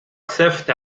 سفت